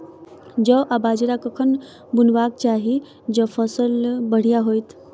जौ आ बाजरा कखन बुनबाक चाहि जँ फसल बढ़िया होइत?